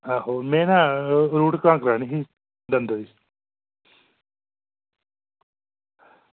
में ना root canal करानी ही दंदें ई